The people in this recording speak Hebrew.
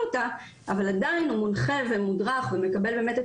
אותה אבל עדיין הוא מונחה ומודרך ומקבל באמת את